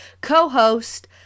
co-host